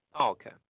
Okay